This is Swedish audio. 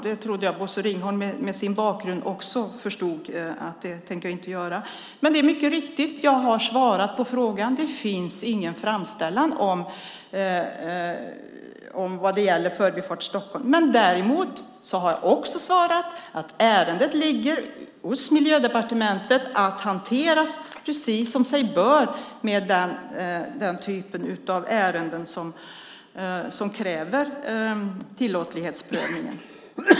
Det trodde jag att Bosse Ringholm med sin bakgrund förstod att jag inte tänker göra. Men jag har svarat på frågan. Det finns ingen framställan vad gäller Förbifart Stockholm. För det andra har jag svarat att ärendet ligger hos Miljödepartementet att hanteras som sig bör i den typen av ärenden som kräver tillåtlighetsprövning.